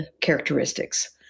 characteristics